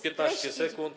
15 sekund.